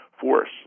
force